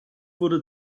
wurde